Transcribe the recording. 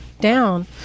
down